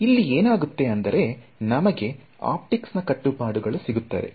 ಇಲ್ಲಿ ಏನಾಗುತ್ತೆ ಅಂದರೆ ನಮಗೆ ಆಪ್ಟಿಕ್ಸ್ ನಾ ಕಟ್ಟುಪಾಡುಗಳು ಸಿಗುತ್ತದೆ